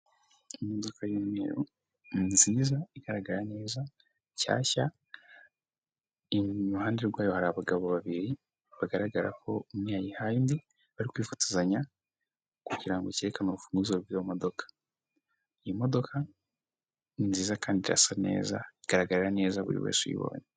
Imodoka y'umweru ni nziza, igaragara neza, nshyashya iruhande rwayo hari abagabo babiri bagaragara ko umwe yayihaye indi, barikwifotozanya kugirango cyereke urufunguzo rw'iyo modoka. Iyi modoka ni nziza, kandi irasa neza igaragara neza igaragarira buri wese uyibonye.